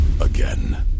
again